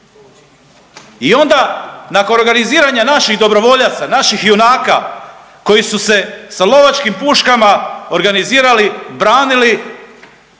I onda nakon organiziranja naših dobrovoljaca, naših junaka koji su se sa lovačkim puškama organizirali, branili,